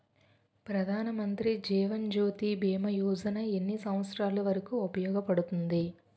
ప్రధాన్ మంత్రి జీవన్ జ్యోతి భీమా యోజన ఎన్ని సంవత్సారాలు వరకు ఉపయోగపడుతుంది?